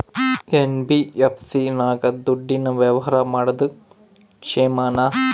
NBFC ನಾಗ ದುಡ್ಡಿನ ವ್ಯವಹಾರ ಮಾಡೋದು ಕ್ಷೇಮಾನ?